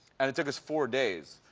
and it took us four days.